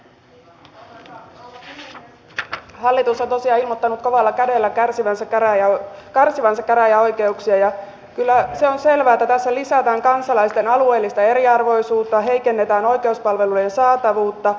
hallitus on tosiaan ilmoittanut karsivansa käräjäoikeuksia kovalla kädellä kärsivänsä ja rajalla karsivansa käräjäoikeuksia ja kyllä se on selvää että tässä lisätään kansalaisten alueellista eriarvoisuutta ja heikennetään oikeuspalvelujen saatavuutta